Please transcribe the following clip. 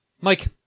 Mike